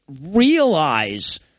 realize